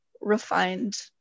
refined